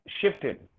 shifted